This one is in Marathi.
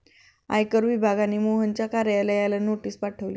आयकर विभागाने मोहनच्या कार्यालयाला नोटीस पाठवली